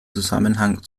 zusammenhang